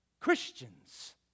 Christians